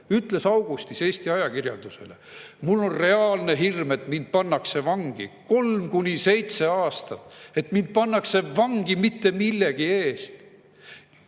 ütles augustis Eesti ajakirjandusele: "Mul on reaalne hirm, et mind pannakse vangi – kolm kuni seitse aastat –, et mind pannakse vangi mitte millegi eest.